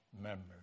members